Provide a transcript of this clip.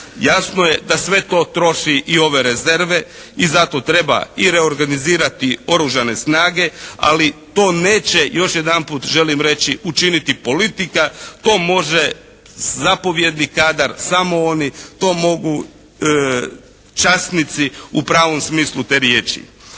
Jasno je da sve to troši i ove rezerve i zato treba i reorganizirati oružane snage ali to neće, još jedanput želim reći, učiniti politika. To može zapovjedni kadar, samo oni, to mogu časnici u pravom smislu te riječi.